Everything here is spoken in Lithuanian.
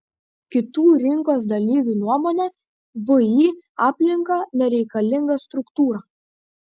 kitų rinkos dalyvių nuomone vį aplinka nereikalinga struktūra